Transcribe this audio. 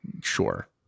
Sure